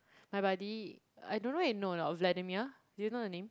my buddy I don't know you know or not of Vladimir do you know the name